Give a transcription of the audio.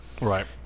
right